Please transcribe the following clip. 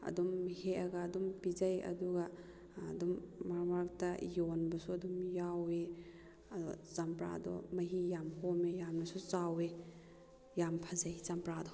ꯑꯗꯨꯝ ꯍꯦꯛꯑꯒ ꯑꯗꯨꯝ ꯄꯤꯖꯩ ꯑꯗꯨꯒ ꯑꯗꯨꯝ ꯃꯔꯛ ꯃꯔꯛꯇ ꯌꯣꯟꯕꯁꯨ ꯑꯗꯨꯝ ꯌꯥꯎꯏ ꯑꯗꯣ ꯆꯝꯄꯔꯥꯗꯣ ꯃꯍꯤ ꯌꯥꯝ ꯍꯣꯝꯃꯦ ꯌꯥꯝꯅꯁꯨ ꯆꯥꯎꯑꯦ ꯌꯥꯝ ꯐꯖꯩ ꯆꯝꯄꯔꯥꯗꯣ